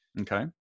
okay